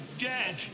dead